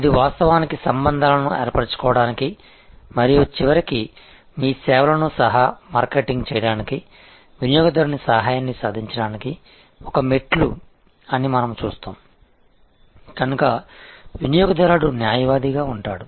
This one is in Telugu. ఇది వాస్తవానికి సంబంధాలను ఏర్పరచుకోవడానికి మరియు చివరికి మీ సేవలను సహ మార్కెటింగ్ చేయడానికి వినియోగదారుని సహాయాన్ని సాధించడానికి ఒక మెట్లు అని మనము చూస్తాము కనుక వినియోగదారుడు న్యాయవాదిగా ఉంటాడు